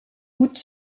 août